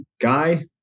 guy